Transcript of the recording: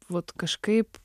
vat kažkaip